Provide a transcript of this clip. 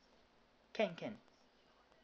can can